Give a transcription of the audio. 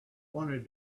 wanted